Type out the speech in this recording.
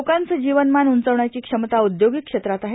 लोकांचे जीवनमान उंचावण्याची क्षमता औदयोगिक क्षेत्रात आहे